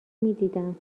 میدیدم